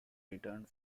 returned